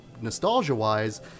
nostalgia-wise